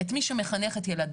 את מי שמחנך את ילדיו,